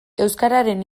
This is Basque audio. euskararen